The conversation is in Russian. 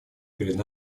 перед